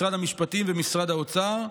עם משרד המשפטים ועם משרד האוצר.